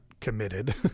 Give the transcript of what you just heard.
committed